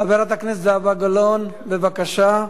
חברת הכנסת זהבה גלאון, בבקשה,